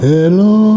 Hello